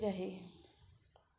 जीअं शाम जो वक़्तु ईंदो आहे